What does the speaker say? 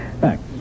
Thanks